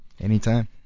Anytime